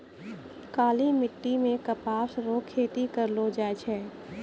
काली मिट्टी मे कपास रो खेती करलो जाय छै